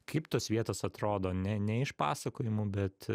kaip tos vietos atrodo ne ne iš pasakojimų bet